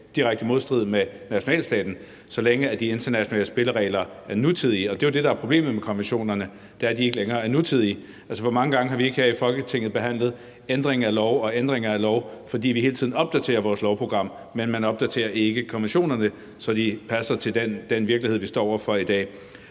direkte modstrid med nationalstaten, så længe de internationale spilleregler er nutidige, og det er jo det, der er problemet med konventionerne – det er, at de ikke længere er nutidige. Altså, hvor mange gange har vi ikke her i Folketinget behandlet ændringer af love, fordi vi hele tiden opdaterer vores lovprogram? Men man opdaterer ikke konventionerne, så de passer til den virkelighed, vi står i i dag.